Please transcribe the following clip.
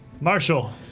Marshall